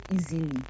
easily